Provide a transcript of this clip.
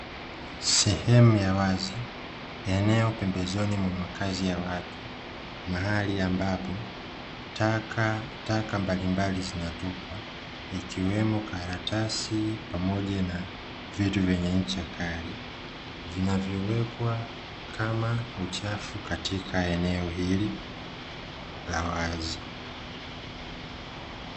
Sehemu ya wazi, eneo pembezoni mwa makazi ya watu, mahali ambapo takataka mbalimbali zinatupwa, ikiwemo karatasi, pamoja na vitu vyenye ncha kali, vinavyowekwa kama uchafu katika eneo hili la wazi.